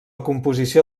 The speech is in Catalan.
composició